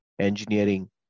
engineering